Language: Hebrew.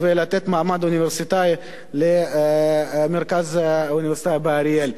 לתת מעמד אוניברסיטה למרכז האוניברסיטאי באריאל.